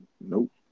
Nope